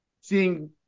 seeing